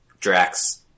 Drax